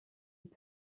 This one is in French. peut